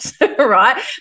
right